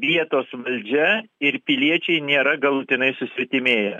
vietos valdžia ir piliečiai nėra galutinai susvetimėję